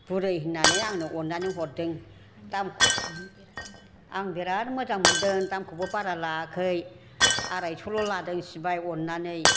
बुरै होननानै आंनो अननानै हरदों आं बेराद मोजां मोनदों दामाखौबो बारा लायाखै आरायसल' लादों सिबाय अननानै